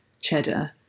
cheddar